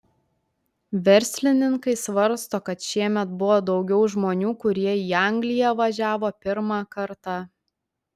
verslininkai svarsto kad šiemet buvo daugiau žmonių kurie į angliją važiavo pirmą kartą